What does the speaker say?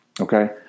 okay